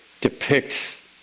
depicts